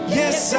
yes